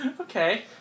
Okay